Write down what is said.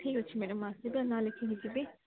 ଠିକ୍ ଅଛି ମ୍ୟାଡ଼ମ୍ ଆସିବି ଆଉ ନାଁ ଲେଖିକି ଯିବି